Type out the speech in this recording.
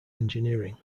engineering